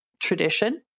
tradition